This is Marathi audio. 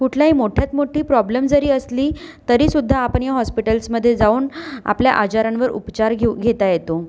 कुठल्याही मोठ्यात मोठी प्रॉब्लेम जरी असली तरीसुद्धा आपण ह्या हॉस्पिटल्समध्ये जाऊन आपल्या आजारांवर उपचार घेऊ घेता येतो